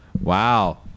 Wow